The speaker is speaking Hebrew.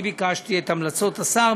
אני ביקשתי את המלצות השר,